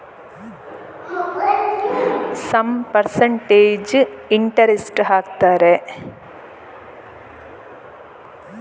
ತಿಂಗಳ ಇ.ಎಂ.ಐ ಕಟ್ಟಲು ಲೇಟಾದರೆ ಎಷ್ಟು ಎಕ್ಸ್ಟ್ರಾ ಚಾರ್ಜ್ ಆಗುತ್ತದೆ?